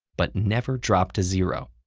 but never drop to zero.